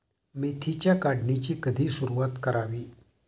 मेथीच्या काढणीची कधी सुरूवात करावी?